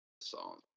Song